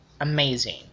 amazing